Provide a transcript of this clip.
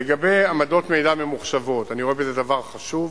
לגבי עמדות מידע ממוחשבות, אני רואה בזה דבר חשוב.